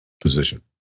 position